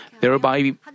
thereby